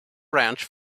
branch